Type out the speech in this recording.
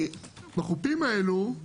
בחופים האלה,